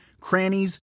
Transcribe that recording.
crannies